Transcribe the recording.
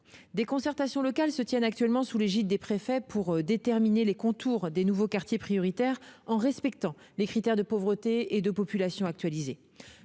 Des concertations locales se tiennent actuellement sous l'égide des préfets pour déterminer les contours des nouveaux quartiers prioritaires, en respectant les critères actualisés de pauvreté et de population.